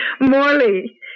Morley